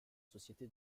société